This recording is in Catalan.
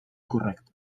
correcta